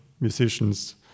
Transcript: musicians